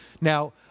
Now